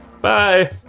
Bye